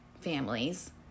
families